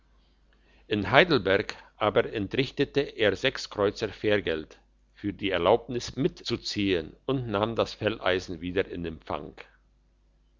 in heidelberg aber entrichtete er sechs kreuzer fährgeld für die erlaubnis mit zu ziehen und nahm das felleisen wieder in empfang